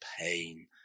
pain